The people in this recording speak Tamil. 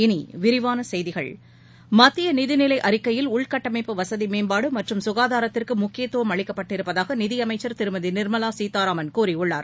இனி விரிவான செய்திகள் மத்திய நிதிநிலை அறிக்கையில் உள் கட்டமைப்பு வசதி மேம்பாடு மற்றும் சுகாதாரத்துறைக்கு முக்கியத்துவம் அளிக்கப்பட்டிருப்பதாக நிதியமைச்சர் திருமதி நிர்மலா சீதாராமன் கூறியுள்ளார்